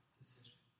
decision